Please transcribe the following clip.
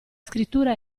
scrittura